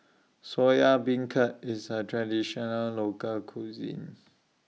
Soya Beancurd IS A Traditional Local Cuisine